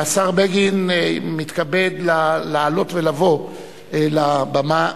והשר בגין מתכבד לעלות ולבוא לבמה